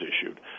issued